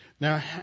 Now